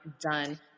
done